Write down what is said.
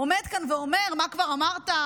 עומד כאן ואומר מה כבר אמרת,